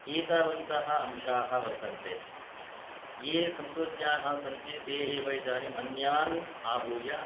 एतावन्ताः अंशाः वर्तन्ते ये संस्कृतज्ञाः सन्ति ते एव इदानीम् अन्यान् आहूय